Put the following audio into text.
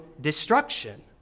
destruction